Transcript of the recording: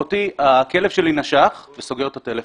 אחותי, הכלב שלי נשך, והוא סוגר את הטלפון.